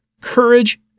courage